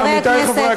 עמיתי חברי הכנסת,